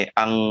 ang